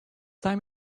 time